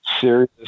serious